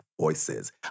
voices